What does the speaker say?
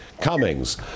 Cummings